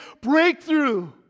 breakthrough